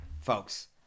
Folks